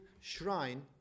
shrine